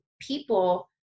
people